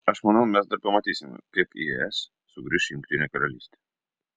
aš manau mes dar pamatysime kaip į es sugrįš jungtinė karalystė